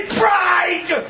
pride